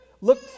Look